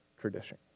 tradition